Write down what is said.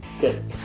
Good